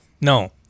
No